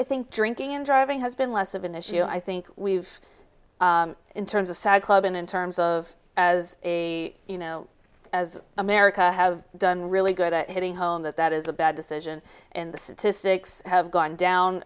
i think drinking and driving has been less of an issue i think we've in terms of side club and in terms of as a you know as america have done really good at hitting home that that is a bad decision and the statistics have gone down